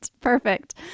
perfect